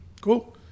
Cool